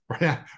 right